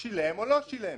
הוא שילם או לא שילם.